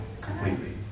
completely